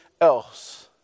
else